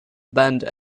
bend